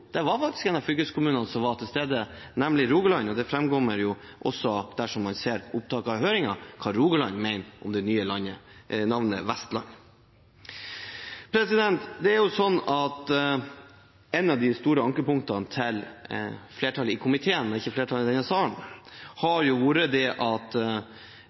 det var faktisk en av fylkeskommunene som var til stede, nemlig Rogaland. Det framkommer jo også, dersom man ser på opptaket av høringen, hva Rogaland mener om det nye navnet Vestland. Et av de store ankepunktene til flertallet i komiteen – ikke flertallet i denne salen – har vært at